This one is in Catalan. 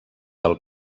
del